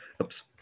Oops